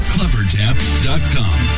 CleverTap.com